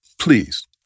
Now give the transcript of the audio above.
please